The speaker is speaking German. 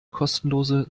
kostenlose